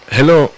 Hello